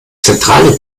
zentrale